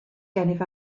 gennyf